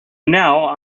now